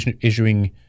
issuing